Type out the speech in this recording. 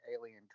alien